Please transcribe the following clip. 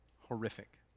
Horrific